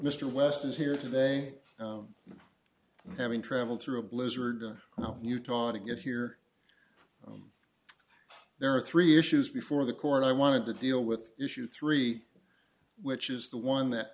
mr weston's here today having traveled through a blizzard and utah to get here there are three issues before the court i wanted to deal with issue three which is the one that